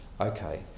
Okay